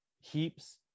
heaps